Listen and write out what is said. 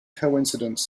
coincidence